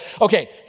okay